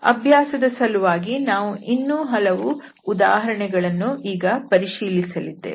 ಅಭ್ಯಾಸದ ಸಲುವಾಗಿ ನಾವು ಇನ್ನೂ ಹಲವು ಉದಾಹರಣೆಗಳನ್ನು ಈಗ ಪರಿಶೀಲಿಸಲಿದ್ದೇವೆ